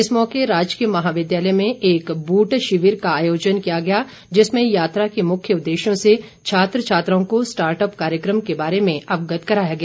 इस मौके राजकीय महाविद्यालय में एक बूट शिविर का आयोजन किया गया जिसमें यात्रा के मुख्य उद्देश्यों से छात्र छात्राओं को स्टार्टअप कार्यकम के बारे में अवगत करवाया गया